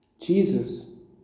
Jesus